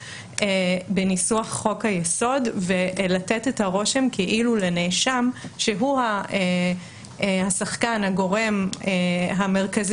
בניסוח חוק היסוד ולתת את הרושם כאילו לנאשם שהוא השחקן והגורם המרכזי